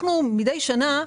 מדי שנה,